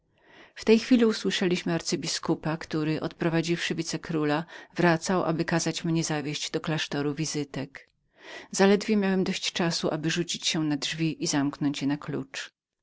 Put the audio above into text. w tej chwili usłyszeliśmy arcybiskupa który odprowadziwszy wicekróla wracał aby kazać mnie zawieźć do klasztoru annonciady zaledwie miałem dość czasu rzucić się na drzwi i zamknąć je na klucz